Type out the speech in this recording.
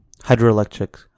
hydroelectric